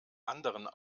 anderen